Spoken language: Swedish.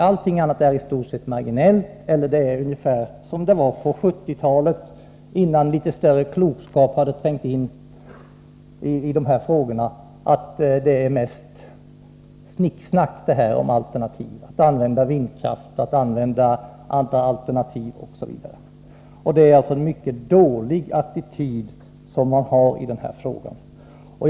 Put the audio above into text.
I stort sett är allting annat av marginell betydelse. Det är ungefär som det var på 1970-talet, innan man hade uppnått litet större klokskap i dessa frågor. Att välja vindkraft eller något annat alternativ är mest bara ”snick-snack” enligt moderaterna. Den attityd som man intagit i denna fråga är alltså mycket dålig.